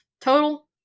total